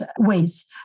ways